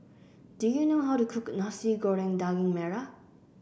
do you know how to cook Nasi Goreng Daging Merah